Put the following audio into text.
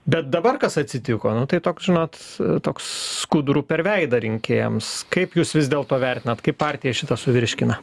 bet dabar kas atsitiko nu tai toks žinot toks skuduru per veidą rinkėjams kaip jūs vis dėlto vertinat kaip partija šitą suvirškina